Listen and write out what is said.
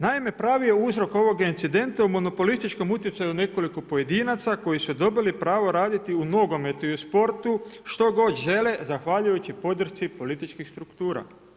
Naime, pravi je uzrok ovog incidenta u monopolističkom utjecaju nekoliko pojedinaca koji su dobili pravo raditi u nogometu i sportu što god žele, zahvaljujući podršci političkih struktura.